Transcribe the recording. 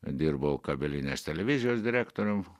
dirbau kabelinės televizijos direktorium